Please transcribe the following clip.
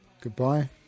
Goodbye